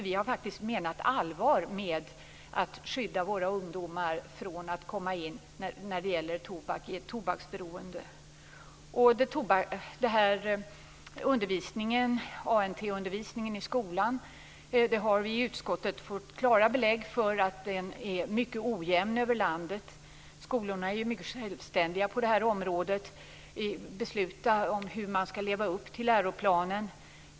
Vi har faktiskt menat allvar med att skydda våra ungdomar från ett tobaksberoende. I utskottet har vi fått klara belägg för att ANT-undervisningen är mycket ojämn över landet. Skolorna är mycket självständiga på det här området. De beslutar själva hur man skall leva upp till läroplanen.